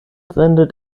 sendet